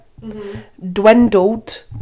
Dwindled